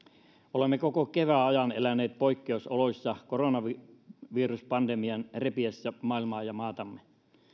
olemme koko kevään ajan eläneet poikkeusoloissa koronaviruspandemian repiessä maailmaa ja maatamme